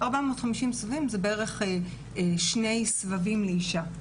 שזה בערך שני סבבים לאישה.